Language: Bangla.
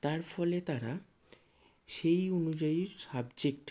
তার ফলে তারা সেই অনুযায়ী সাবজেক্ট